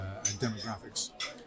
demographics